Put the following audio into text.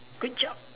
good job